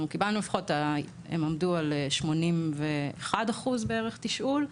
קיבלנו לפחות הם עמדו על 81% בערך תשאול,